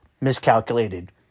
Miscalculated